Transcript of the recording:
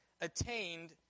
attained